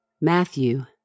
Matthew